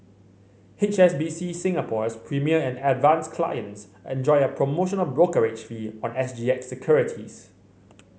H S B C Singapore's Premier and Advance clients enjoy a promotional brokerage fee on S G X securities